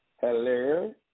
Hello